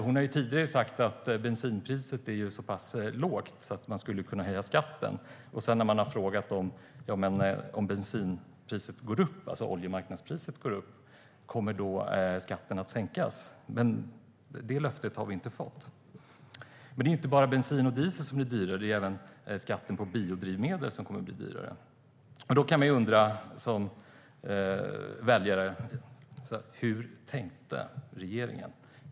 Hon har tidigare sagt att bensinpriset är så lågt att man skulle kunna höja skatten. När man sedan har frågat om skatten kommer att sänkas om oljemarknadspriset och därmed också bensinpriset går upp har man inte fått något löfte om det. Det är inte bara bensin och diesel som blir dyrare. Det är även skatten på biodrivmedel som kommer att bli dyrare. Som väljare kan man undra: Hur tänkte regeringen?